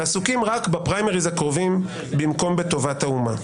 ועסוקים רק בפריימריז הקרובים במקום בטובת האומה.